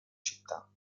città